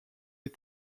les